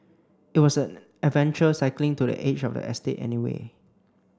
it was an adventure cycling to the edge of the estate anyway